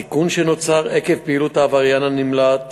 הסיכון שנוצר עקב פעילות העבריין הנמלט